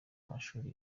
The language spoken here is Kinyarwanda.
amashuri